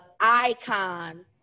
icon